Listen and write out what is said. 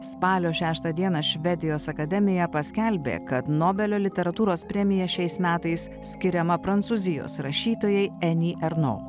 spalio šeštą dieną švedijos akademija paskelbė kad nobelio literatūros premija šiais metais skiriama prancūzijos rašytojai eni erno